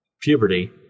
puberty